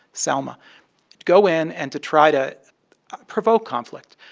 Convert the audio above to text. selma go in and to try to provoke conflict,